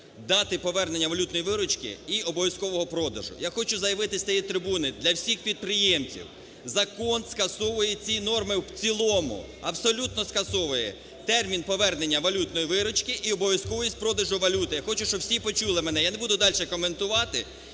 дати повернення валютної виручки і обов'язкового продажу. Я хочу заявити з цієї трибуни. Для всіх підприємців закон скасовує ці норми в цілому. Абсолютно скасовує. Термін повернення валютної виручки і обов'язковість продажу валюти. Я хочу, щоб всі почули мене, я не буду дальше коментувати.